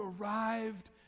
arrived